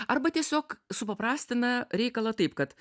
arba tiesiog supaprastina reikalą taip kad